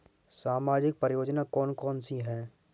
सामाजिक योजना कौन कौन सी हैं?